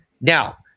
Now